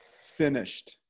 finished